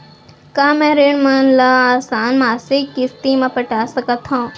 का मैं ऋण मन ल आसान मासिक किस्ती म पटा सकत हो?